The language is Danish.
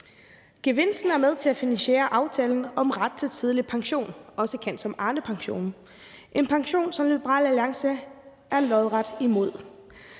Gevinsten er med til at finansiere aftalen om ret til tidlig pension, også kendt som Arnepensionen – en pension, som Liberal Alliance er lodret imod.